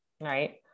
Right